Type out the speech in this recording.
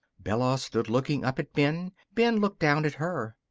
bella stood looking up at ben. ben looked down at her.